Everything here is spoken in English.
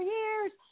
years